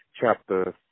chapter